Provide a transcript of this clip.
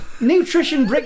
Nutrition